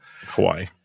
hawaii